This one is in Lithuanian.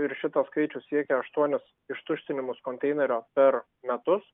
ir šitas skaičius siekia aštuonis ištuštinimus konteinerio per metus